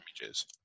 images